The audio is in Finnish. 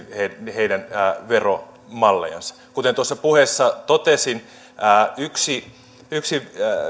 heidän veromallejansa kuten tuossa puheessa totesin yksi yksi